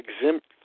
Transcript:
exempt